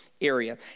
area